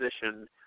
position